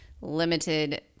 limited